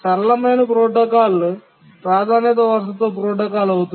సరళమైన ప్రోటోకాల్ ప్రాధాన్యత వారసత్వ ప్రోటోకాల్ అవుతుంది